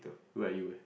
where are you eh